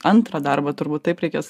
antrą darbą turbūt taip reikės